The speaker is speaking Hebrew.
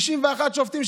61 שופטים.